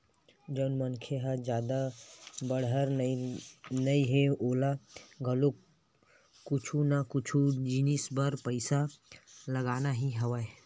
जउन मनखे ह जादा बड़हर नइ हे ओला घलो कुछु ना कुछु जिनिस बर पइसा लगना ही हवय